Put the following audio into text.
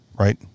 right